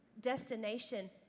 destination